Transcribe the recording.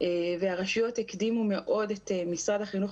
והרשויות הקדימו מאוד את משרד החינוך